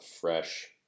fresh